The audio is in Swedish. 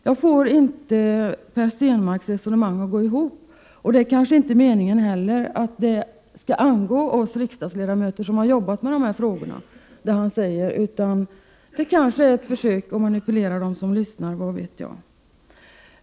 Jag får inte Per Stenmarcks resonemang att gå ihop, och det kanske inte heller är meningen att det han säger skall angå oss riksdagsledamöter som har arbetat med de här frågorna. Det kan ju vara ett försök att manipulera dem som lyssnar. Vad vet jag?